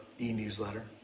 e-newsletter